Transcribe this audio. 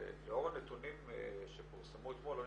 ולאור הנתונים שפורסמו אתמול אני